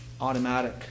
automatic